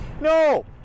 no